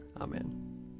Amen